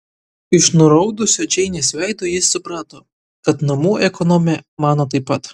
iš nuraudusio džeinės veido ji suprato kad namų ekonomė mano taip pat